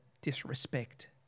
Disrespect